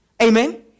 Amen